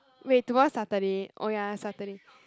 wait tomorrow's Saturday oh ya Saturday